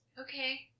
Okay